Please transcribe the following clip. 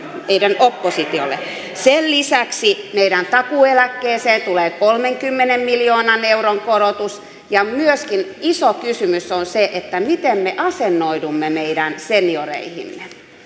meidän oppositiollemme sen lisäksi meidän takuueläkkeeseen tulee kolmenkymmenen miljoonan euron korotus ja myöskin iso kysymys on se miten me asennoidumme meidän senioreihimme